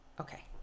Okay